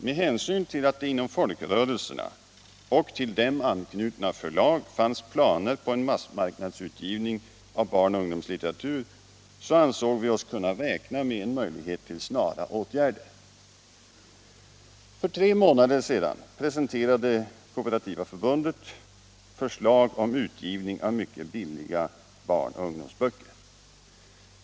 Med hänsyn till att det inom folkrörelserna och till dem anknutna förlag fanns planer på en massmarknadsutgivning av barnoch ungdomslitteratur så ansåg vi oss kunna räkna med en möjlighet till snara åtgärder. För tre månader sedan presenterade Kooperativa förbundet förslag om utgivning av mycket billiga barnoch ungdomsböcker.